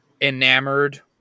enamored